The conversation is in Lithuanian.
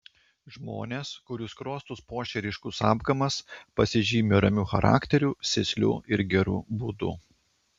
žmonės kurių skruostus puošia ryškus apgamas pasižymi ramiu charakteriu sėsliu ir geru būdu